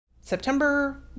September